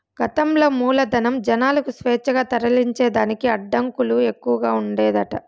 గతంల మూలధనం, జనాలకు స్వేచ్ఛగా తరలించేదానికి అడ్డంకులు ఎక్కవగా ఉండేదట